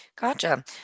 Gotcha